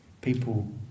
people